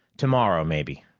tomorrow maybe,